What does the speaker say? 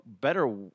better